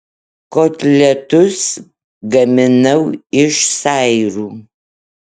kotletus gaminau iš sairų